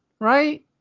right